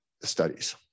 studies